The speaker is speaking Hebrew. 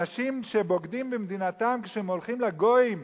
אנשים שבוגדים במדינתם כשהם הולכים לגויים,